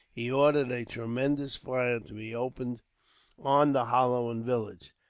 he ordered a tremendous fire to be opened on the hollow and village.